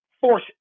Force